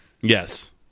Yes